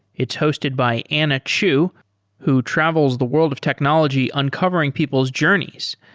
it's hosted by anna chu who travels the world of technology uncovering people's journeys,